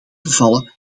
gevallen